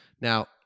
Now